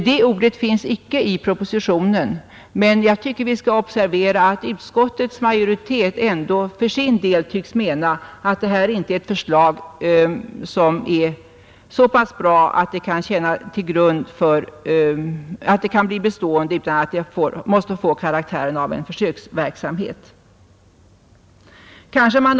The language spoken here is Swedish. Det ordet finns icke i propositionen, men jag anser att vi bör observera att utskottets majoritet ändå för sin del tycks mena att detta inte är ett förslag som är så pass bra att det kan bli bestående utan att det måste bli fråga om en försöksverksamhet.